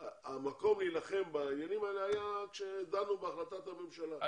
המקום להילחם בעניינים האלה היה עת דנו והגיעו להחלטת הממשלה.